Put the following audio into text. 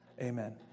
Amen